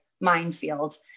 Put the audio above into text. minefield